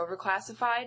overclassified